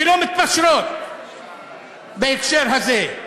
שלא מתפשרות בהקשר הזה.